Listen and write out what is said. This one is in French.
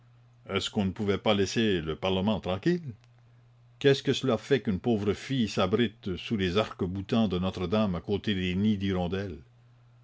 est-ce qu'on ne pouvait pas laisser le parlement tranquille qu'est-ce que cela fait qu'une pauvre fille s'abrite sous les arcs-boutants de notre-dame à côté des nids d'hirondelle